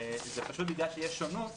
זה פשוט בגלל שיש שונות